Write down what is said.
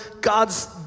God's